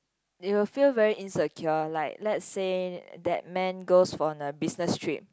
you'll feel very insecure like let's say that man goes on a business trip